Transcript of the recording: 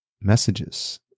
messages